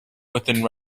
within